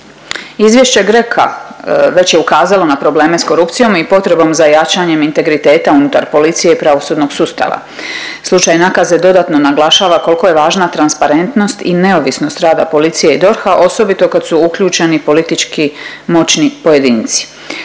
Izvješće GRECO-a već je ukazalo na probleme s korupcijom i potrebom za jačanjem integriteta unutar policije i pravosudnog sustava. Slučaj Nakaze dodatno naglašava koliko je važna transparentnost i neovisnost rada policije i DORH-a, osobito kad su uključeni politički moćni pojedinci.